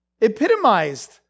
epitomized